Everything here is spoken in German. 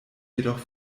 jedoch